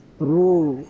true